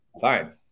Fine